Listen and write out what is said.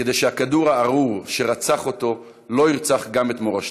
כדי שהכדור הארור שרצח אותו לא ירצח גם את מורשתו.